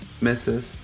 misses